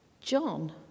John